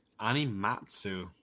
Animatsu